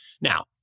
Now